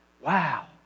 wow